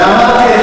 ואמרתי,